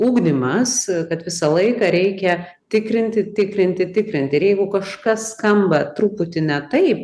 ugdymas kad visą laiką reikia tikrinti tikrinti tikrinti ir jeigu kažkas skamba truputį ne taip